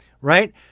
right